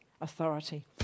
authority